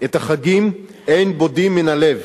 "את החגים אין בודים מן הלב.